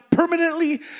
permanently